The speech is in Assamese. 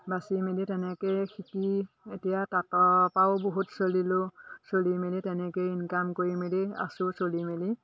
বাছি মেলি তেনেকে শিকি এতিয়া তাঁতৰ পাও বহুত চলিলোঁ চলি মেলি তেনেকেই ইনকাম কৰি মেলি আছোঁ চলি মেলি